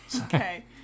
Okay